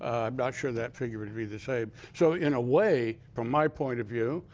not sure that figure would be the same. so in a way, from my point of view,